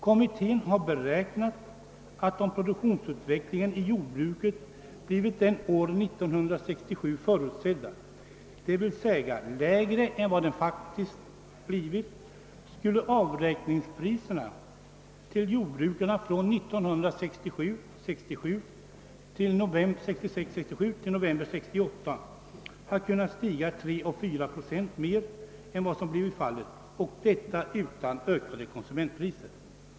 Kommittén har beräknat att om produktionsutvecklingen inom jordbruket blivit den år 1967 förutsedda, d.v.s. lägre än den faktiska utvecklingen, så skulle avräkningspriserna till jordbrukarna från 1966/67 till november 1968 ha kunnat stiga med 3 å 4 procent mer än vad som blivit fallet — och detta utan ändrade konsumentpriser.